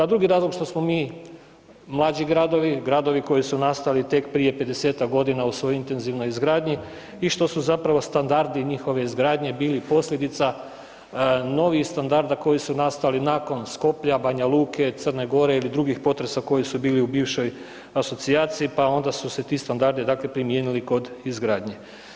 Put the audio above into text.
A drugi razlog što smo mi mlađi gradovi, gradovi koji su nastali tek prije 50-ak godina u svojoj intenzivnoj izgradnji i što su standardi njihove izgradnje bili posljedica novih standarda koji su nastali nakon Skopja, Banja Luke, Crne Gore ili drugih potresa koji su bili u bivšoj asocijaciji pa su se onda ti standardi primijenili kod izgradnje.